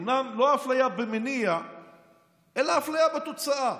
אומנם לא אפליה במניע אלה אפליה בתוצאה,